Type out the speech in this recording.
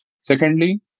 Secondly